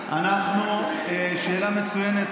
שאלה מצוינת,